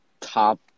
top